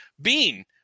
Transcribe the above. bean